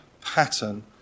pattern